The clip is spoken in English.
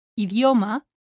idioma